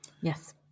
Yes